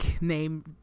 name